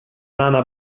nana